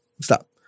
Stop